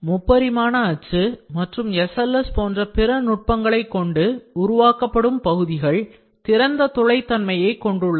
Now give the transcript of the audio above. முப்பரிமாண அச்சு மற்றும் SLS போன்ற பிற நுட்பங்களை கொண்டு உருவாக்கப்படும் பகுதிகள் திறந்த துளைதன்மையை கொண்டுள்ளன